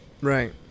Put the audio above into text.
Right